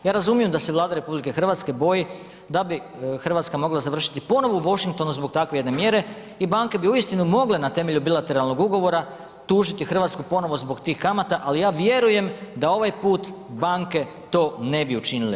Ja razumijem da se Vlada RH boji da bi Hrvatska mogla završiti ponovo u Washingtonu zbog takve jedne mjere i banke bi uistinu mogle na temelju bilateralnog ugovora tužiti Hrvatsku ponovo zbog tih kamata, ali ja vjerujem da ovaj put banke to ne bi učinile.